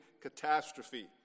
catastrophe